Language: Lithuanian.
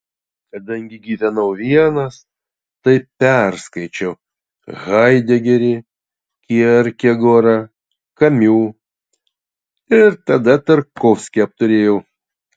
kadangi gyvenau vienas tai perskaičiau haidegerį kierkegorą kamiu ir tada tarkovskį apturėjau